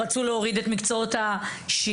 רצו להוריד את מקצועות השירה,